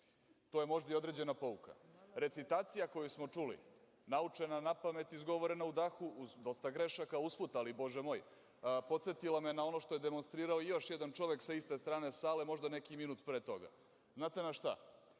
To je možda i određena pouka. Recitacija koju smo čuli naučena napamet, izgovorena u dahu uz dosta grešaka uz put, ali Bože moj, podsetila me je na ono što je demonstrirao još jedan čovek sa iste strane sale, možda neki minut pre toga. Znate na šta?